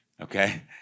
okay